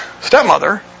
stepmother